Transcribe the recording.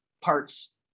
parts